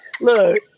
Look